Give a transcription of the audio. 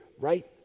right